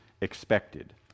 expected